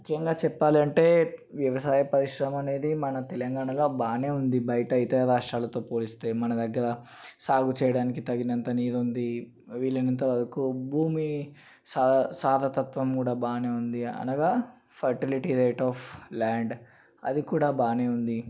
ముఖ్యంగా చెప్పాలంటే వ్యవసాయ పరిశ్రమ అనేది మన తెలంగాణలో బాగానే ఉంది బయట ఇతర రాష్ట్రాలతో పోలిస్తే మన దగ్గర సాగు చేయడానికి తగినంత నీరు ఉంది వీలైనంత వరకు భూమి సా సాధతత్వం కూడా బాగానే ఉంది అనగా ఫర్టిలిటీ రేట్ ఆఫ్ ల్యాండ్ అది కూడా బాగానే ఉంది